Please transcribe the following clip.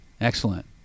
Excellent